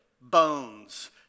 bones